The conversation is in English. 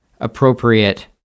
appropriate